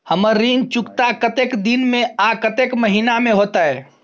हमर ऋण चुकता कतेक दिन में आ कतेक महीना में होतै?